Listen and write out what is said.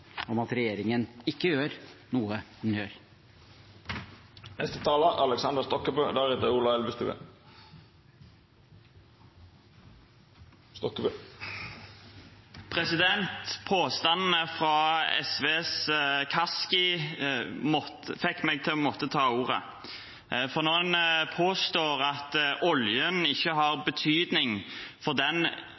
at regjeringen ikke gjør noe den gjør. Påstandene fra SVs Kaski gjorde at jeg måtte ta ordet. Påstanden om at oljen ikke har betydning for den kapasiteten og muligheten vi nå har til å